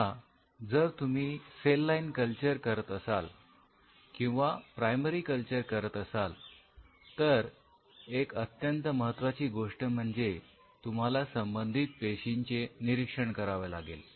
आता जर तुम्ही सेल लाईन कल्चर करत असाल किंवा प्रायमरी कल्चर करत असाल तर एक अत्यंत महत्त्वाची गोष्ट म्हणजे तुम्हाला संबंधित पेशींचे निरीक्षण करावे लागेल